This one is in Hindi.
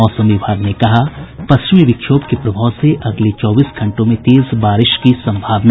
मौसम विभाग ने कहा पश्चिमी विक्षोभ के प्रभाव से अगले चौबीस घंटों में तेज बारिश की संभावना